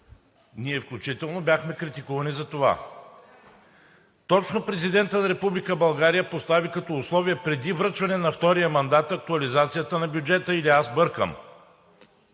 ние включително бяхме критикувани за това. Точно Президентът на Република България постави като условие – преди връчването на втория мандат, актуализацията на бюджета, или аз бъркам?